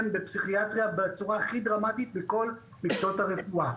בפסיכיאטריה בצורה הכי דרמטית מכל מקצועות הרפואה.